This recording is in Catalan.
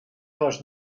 les